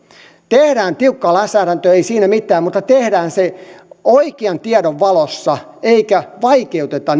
tehdään tiukkaa lainsäädäntöä ei siinä mitään mutta tehdään se oikean tiedon valossa eikä vaikeuteta